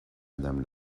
madame